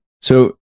So-